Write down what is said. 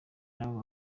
nabo